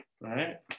right